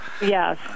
Yes